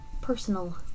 personal